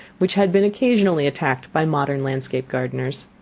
which had been occasionally attacked by modern landscape gardeners.